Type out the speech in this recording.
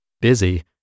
Busy